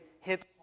hits